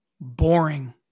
boring